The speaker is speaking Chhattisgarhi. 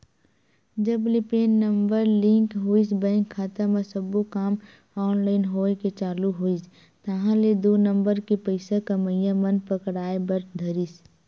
जब ले पेन नंबर लिंक होइस बेंक खाता म सब्बो काम ऑनलाइन होय के चालू होइस ताहले दू नंबर के पइसा कमइया मन पकड़ाय बर धरिस